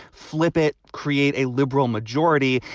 flip it, create a liberal majority,